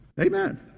Amen